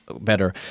better